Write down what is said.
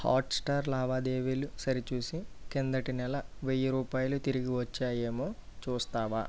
Hotstar లావాదేవీలు సరిచూసి క్రిందటి నెల వెయ్యి రూపాయలు తిరిగి వచ్చాయేమో చూస్తావా